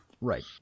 Right